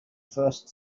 first